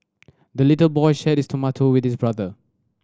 the little boy shared his tomato with his brother